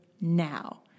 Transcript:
now